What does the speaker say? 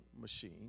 machine